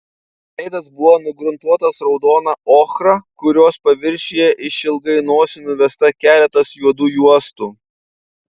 veidas buvo nugruntuotas raudona ochra kurios paviršiuje išilgai nosį nuvesta keletas juodų juostų